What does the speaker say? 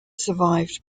survived